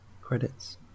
credits